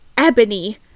Ebony